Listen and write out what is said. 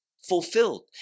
fulfilled